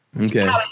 Okay